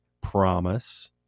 promise